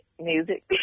Music